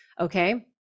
okay